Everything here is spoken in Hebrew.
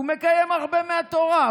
הוא מקיים הרבה מהתורה.